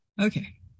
okay